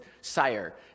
sire